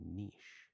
niche